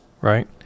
right